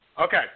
Okay